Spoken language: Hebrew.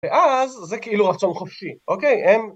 ‫ואז זה כאילו רצון חופשי, אוקיי?